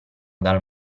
dal